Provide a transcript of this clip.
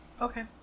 okay